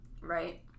Right